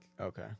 okay